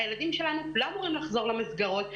הילדים שלנו לא אמורים לחזור למסגרות,